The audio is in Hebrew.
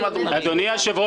הכוללני.